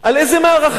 על מה הוא עמד?